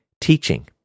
teaching